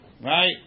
Right